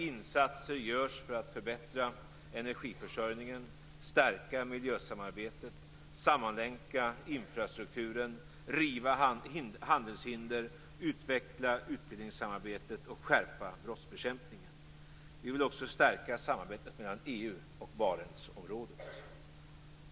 Insatser görs för att förbättra energiförsörjningen, stärka miljösamarbetet, sammanlänka infrastrukturen, riva handelshinder, utveckla utbildningssamarbetet och skärpa brottsbekämpningen. Vi vill också stärka samarbetet mellan EU och Barentsområdet.